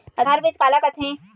आधार बीज का ला कथें?